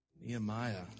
Nehemiah